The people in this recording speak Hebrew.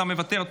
אתה מוותר.